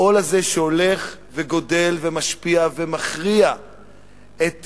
העול הזה שהולך וגדל, ומשפיע ומכריע את